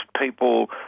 people